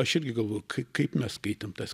aš irgi galvoju kai kaip mes skaitėm tas